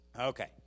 Okay